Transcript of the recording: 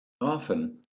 Often